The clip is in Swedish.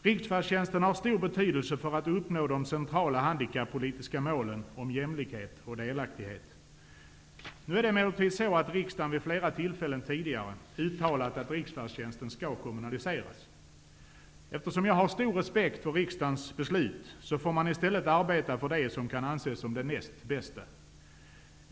Riksfärdtjänsten har stor betydelse för att de centrala handikappspolitiska målen om jämlikhet och delaktighet skall kunna uppnås. Nu är det emellertid så, att riksdagen vid flera tillfällen tidigare uttalat att riksfärdtjänsten skall kommunaliseras. Eftersom jag har stor respekt för riksdagens beslut, får man som jag i stället arbeta för det som kan anses vara det näst bästa.